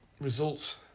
results